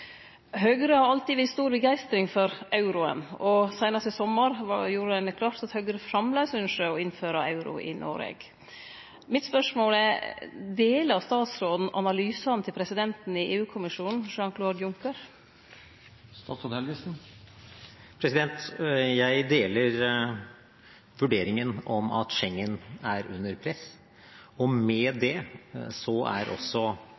Høgre har alltid vist stor begeistring for euroen, og seinast i sommar gjorde ein det klart at Høgre framleis ønskjer å innføre euro i Noreg. Mitt spørsmål er: Deler statsråden analysen til presidenten i EU-kommisjonen, Jean-Claude Juncker? Jeg deler vurderingen om at